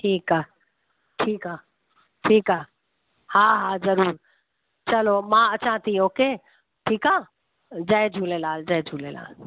ठीकु आहे ठीकु आहे ठीकु आहे हा हा ज़रूरु चलो मां अचा थी ओके ठीकु आहे जय झूलेलाल जय झूलेलाल